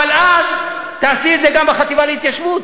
אבל אז תעשי את זה גם בחטיבה להתיישבות.